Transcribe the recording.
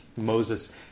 Moses